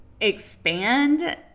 expand